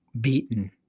beaten